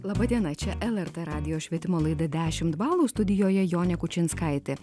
laba diena čia lrt radijo švietimo laida dešimt balų studijoje jonė kučinskaitė